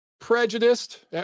prejudiced